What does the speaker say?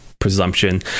presumption